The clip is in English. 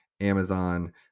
Amazon